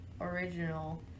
original